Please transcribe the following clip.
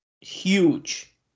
Huge